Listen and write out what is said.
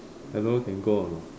I don't know can go or not